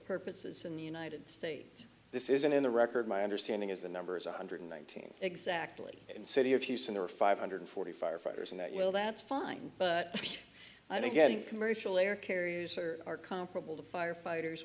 purposes in the united states this isn't in the record my understanding is the number is one hundred nineteen exactly in city of houston there are five hundred forty firefighters in that well that's fine but i think getting commercial air carriers or are comparable to firefighters